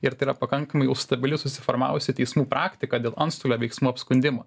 ir tai yra pakankamai jau stabili susiformavusi teismų praktika dėl antstolio veiksmų apskundimo